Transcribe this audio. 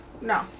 No